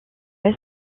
est